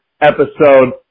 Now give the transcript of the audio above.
episode